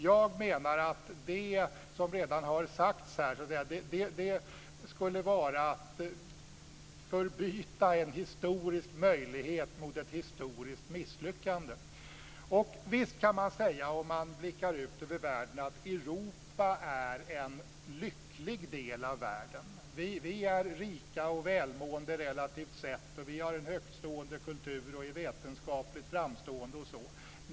Jag menar att det som redan har sagts här skulle vara att byta en historisk möjlighet mot ett historiskt misslyckande. Visst kan man, om man blickar ut över världen, säga att Europa är en lycklig del av världen. Vi är rika och välmående, relativt sett, vi har en högtstående kultur och är vetenskapligt framstående osv.